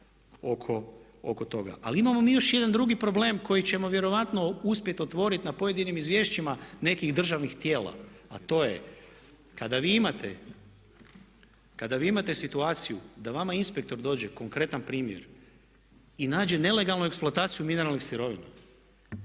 ali imamo mi još jedan drugi problem koji ćemo vjerojatno uspjeti otvoriti na pojedinim izvješćima nekih državnih tijela a to je kada vi imate situaciju da vama inspektor dođe, konkretan primjer i nađe nelegalnu eksploataciju mineralnih sirovina